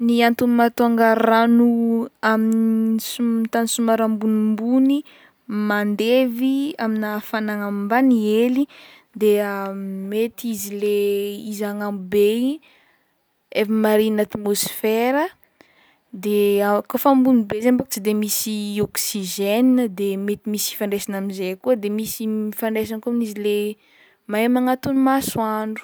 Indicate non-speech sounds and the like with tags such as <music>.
Ny anton'ny mahatonga rano amin- so- tany somary ambonimbony mandevy amina hafanagna ambany hely de <hesitation> mety izy le <hesitation> izy agnambo be igny efa marihy an'atmosfera de <hesitation> kaofa ambony be zay mbôko tsy de misy oxygène de mety misy ifandraisana amizay koa de misy <hesitation> ifandraisany koa amin'izy le miha magnantono masoandro.